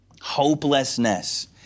Hopelessness